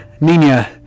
Nina